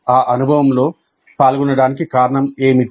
ఆ అనుభవంలో పాల్గొనడానికి కారణం ఏమిటి